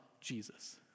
Jesus